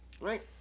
Right